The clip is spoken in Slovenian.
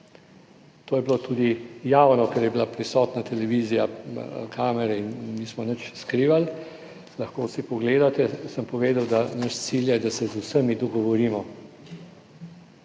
to je bilo tudi javno, ker je bila prisotna televizija, kamere in nismo nič skrivali, lahko si pogledate, sem povedal, da naš cilj je, da se z vsemi dogovorimo,